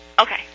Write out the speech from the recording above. Okay